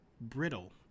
brittle